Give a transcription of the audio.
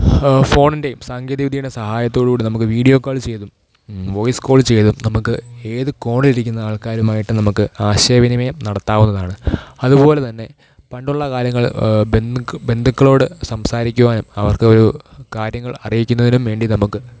ഫോണിൻ്റെയും സാങ്കേതിക വിദ്യയുടെയും സഹായത്തോടു കൂടി നമുക്ക് വീഡിയോ കോൾ ചെയ്തും വോയിസ് കോൾ ചെയ്തും നമുക്ക് ഏത് കോണിൽ ഇരിക്കുന്ന ആൾക്കാരുമായിട്ട് നമുക്ക് ആശയവിനിമയം നടത്താവുന്നതാണ് അതുപോലെ തന്നെ പണ്ടുള്ള കാര്യങ്ങൾ ബന്ധുക്കളോട് സംസാരിക്കുവാനും അവർക്ക് ഒരു കാര്യങ്ങൾ അറിയിക്കുന്നതിനും വേണ്ടി നമുക്ക്